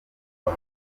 kwa